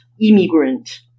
immigrant